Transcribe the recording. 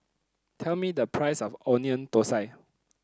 tell me the price of Onion Thosai